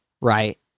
right